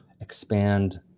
expand